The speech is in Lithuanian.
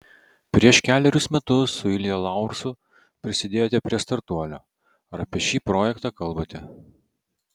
prieš kelerius metus su ilja laursu prisidėjote prie startuolio ar apie šį projektą kalbate